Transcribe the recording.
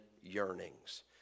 yearnings